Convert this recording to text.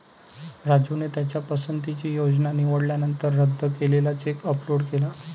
राजूने त्याच्या पसंतीची योजना निवडल्यानंतर रद्द केलेला चेक अपलोड केला